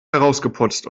herausgeputzt